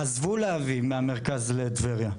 עזבו להביא מהמרכז לטבריה,